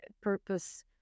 purpose